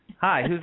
Hi